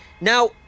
Now